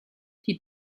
die